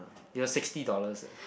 your sixty dollars ya